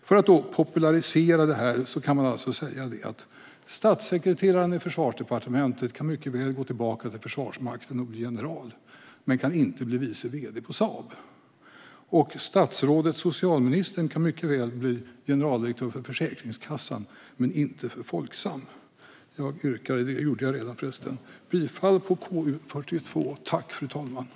För att popularisera detta kan man säga att statssekreteraren i Försvarsdepartementet mycket väl kan gå tillbaka till Försvarsmakten och bli general men kan inte bli vice vd på Saab. Och socialministern kan mycket väl bli generaldirektör för Försäkringskassan men inte för Folksam. Jag har redan yrkat bifall till förslaget till beslut i KU42.